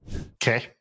Okay